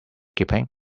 keeping